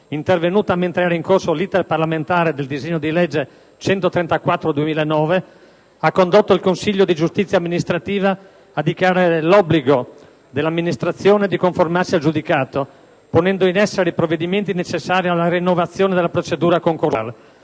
intervenuta mentre era in corso l'*iter* parlamentare del decreto-legge n. 134 del 2009 - ha condotto il Consiglio di giustizia amministrativa a dichiarare l'obbligo dell'amministrazione di conformarsi al giudicato, ponendo in essere i provvedimenti necessari alla rinnovazione della procedura concorsuale.